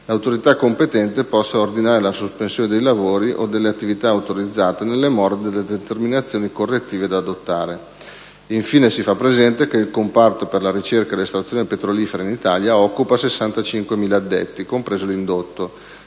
l'autorità competente possa ordinare la sospensione dei lavori o delle attività autorizzate, nelle more delle determinazioni correttive da adottare. Infine, si fa presente che il comparto per la ricerca e l'estrazione petrolifera in Italia occupa 65.000 addetti, compreso l'indotto,